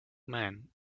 man